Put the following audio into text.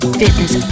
fitness